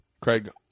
Craig